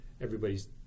everybody's